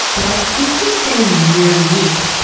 but i think he's saying mere meat,